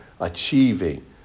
achieving